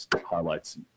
highlights